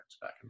back